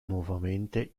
nuovamente